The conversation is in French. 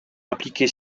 appliquer